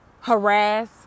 harass